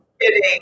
Kidding